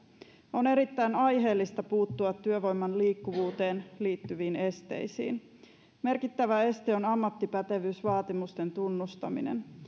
on erittäin aiheellista puuttua työvoiman liikkuvuuteen liittyviin esteisiin merkittävä este on ammattipätevyysvaatimusten tunnustaminen